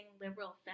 liberal